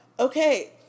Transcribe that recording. Okay